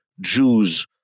Jews